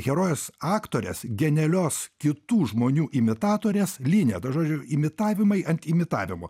herojės aktorės genialios kitų žmonių imitatorės lynė nu žodžiu imitavimai ant imitavimo